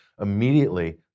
immediately